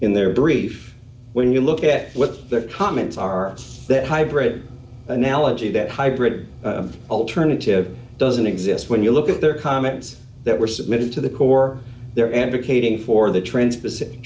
in their brief when you look at what their comments are that hybrid analogy that hybrid alternative doesn't exist when you look at the comments that were submitted to the core they're advocating for the transpacific